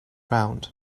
round